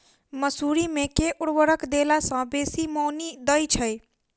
मसूरी मे केँ उर्वरक देला सऽ बेसी मॉनी दइ छै?